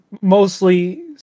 mostly